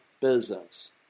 business